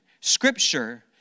Scripture